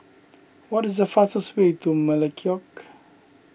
what is the fastest way to Melekeok